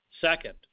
Second